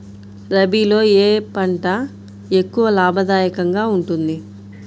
రబీలో ఏ పంట ఎక్కువ లాభదాయకంగా ఉంటుంది?